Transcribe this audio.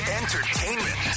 entertainment